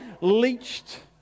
leached